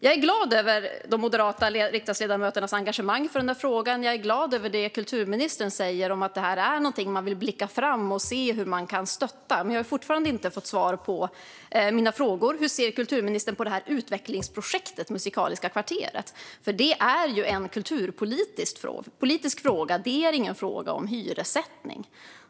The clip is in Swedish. Jag är glad över de moderata riksdagsledamöternas engagemang för frågan, och jag är glad att kulturministern säger att det här är någonting som man vill se hur man kan stötta framåt. Men jag har fortfarande inte fått svar på mina frågor. Hur ser kulturministern på utvecklingsprojektet Musikaliska kvarteret? Det är ju en kulturpolitisk fråga och inte en fråga om hyressättning.